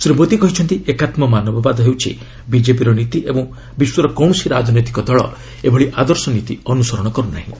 ଶ୍ରୀ ମୋଦି କହିଛନ୍ତି ଏକାତ୍କ ମାନବବାଦ ହେଉଛି ବିଜେପିର ନୀତି ଏବଂ ବିଶ୍ୱର କୌଣସି ରାଜନୈତିକ ଦଳ ଏଭଳି ଆଦର୍ଶ ନୀତି ଅନୁସରଣ କରୁନାହିଁ